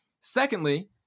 Secondly